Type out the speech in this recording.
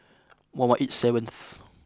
one one eight seventh